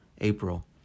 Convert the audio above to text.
April